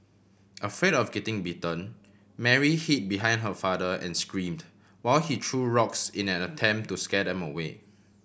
afraid of getting bitten Mary hid behind her father and screamed while he threw rocks in an attempt to scare them away